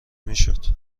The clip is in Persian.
میشد